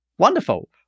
Wonderful